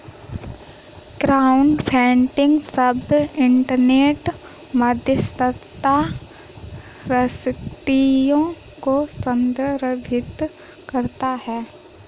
crowdfunding शब्द internet मध्यस्थता रजिस्ट्रियों को संदर्भित करता है